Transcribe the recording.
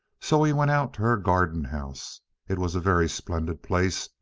so he went out to her garden-house. it was a very splendid place,